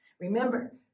Remember